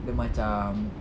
dia macam